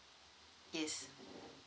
yes